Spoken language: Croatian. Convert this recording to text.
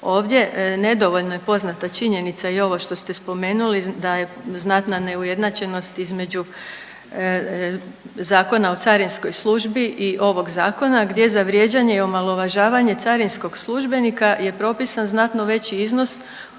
ovdje. Nedovoljno je poznata činjenica i ovo što ste spomenuli da je znatna neujednačenost između Zakona o carinskoj službi i ovog zakona gdje za vrijeđanje i omalovažavanje carinskog službenika je propisan znatno veći iznos, a